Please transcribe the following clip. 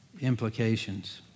implications